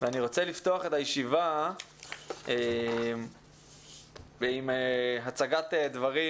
אני רוצה לפתוח את הישיבה עם הצגת דברים